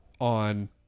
on